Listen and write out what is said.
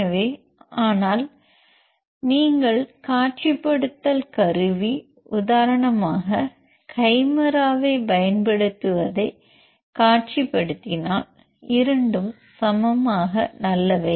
எனவே ஆனால் நீங்கள் சில காட்சிப்படுத்தல் கருவி உதாரணமாக கைமெரா பயன்படுத்துவதைக் காட்சிப்படுத்தினால் இரண்டும் சமமாக நல்லவை